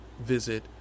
visit